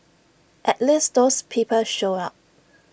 at least those people showed up